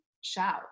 shout